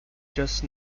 just